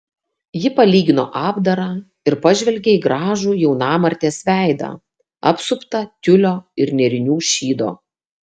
ji palygino apdarą ir pažvelgė į gražų jaunamartės veidą apsuptą tiulio ir nėrinių šydo